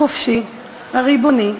החופשי, הריבוני,